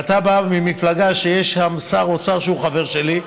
ואתה בא ממפלגה שיש שם שר אוצר שהוא חבר שלי,